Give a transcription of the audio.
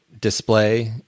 display